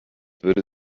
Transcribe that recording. würde